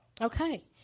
Okay